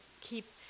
keep